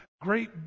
great